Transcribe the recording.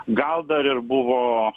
gal dar ir buvo